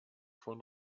von